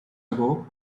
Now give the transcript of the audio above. ago